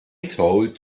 told